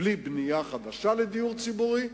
בלי בנייה חדשה לדיור ציבורי,